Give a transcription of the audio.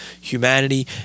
humanity